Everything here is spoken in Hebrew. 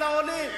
העבודה.